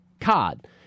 card